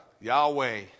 Yahweh